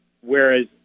whereas